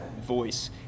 voice